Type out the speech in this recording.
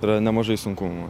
yra nemažai sunkumų